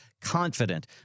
Confident